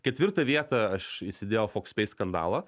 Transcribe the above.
ketvirtą vietą aš įsidėjau fokspei skandalą